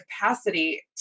capacity